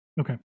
Okay